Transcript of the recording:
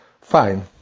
Fine